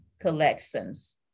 collections